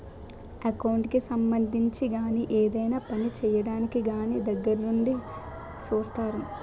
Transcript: account కి సంబంధించి గాని ఏదైనా పని చేయడానికి కానీ దగ్గరుండి సూత్తారు